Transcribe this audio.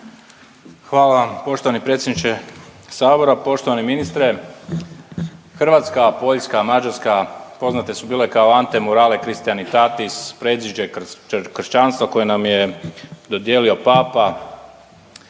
vam poštovani predsjedniče sabora, poštovani ministre. Hrvatska, Poljska, Mađarska poznate su bile kao Antemurale Christianitatis, predvođe kršćanstva koje nam je dodijeli Papa.